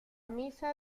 misa